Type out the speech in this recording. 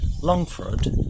Longford